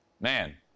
man